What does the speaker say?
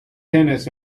tennis